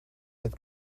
met